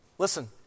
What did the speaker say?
Listen